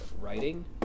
writing